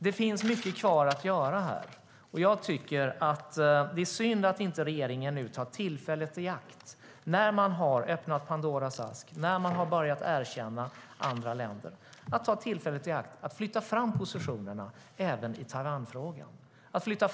Det finns mycket kvar att göra. Det är synd att regeringen inte tar tillfället i akt att flytta fram positionerna även i Taiwanfrågan när man nu har öppnat Pandoras ask och börjat erkänna andra länder.